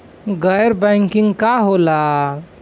गैर बैंकिंग का होला?